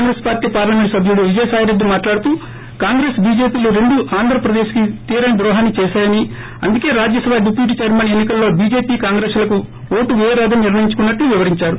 Congress party parliament సబ్యుడు విజయసాయిరెడ్డి మాట్లాడుతూ కాంగ్రెస్ బీజేపీలు రెండు ఆంధ్రప్రదేశ్ కి తీరని ద్రోహాన్ని చేశాయని అందుకే రాజ్యసభ డిప్యూటీ చైర్మన్ ఎన్ని కల్లో బీజేపీ కాంగ్రెస్లకు ఓట్లు పేయరాదని నిర్ణయించుకున్నట్లు వివరించారు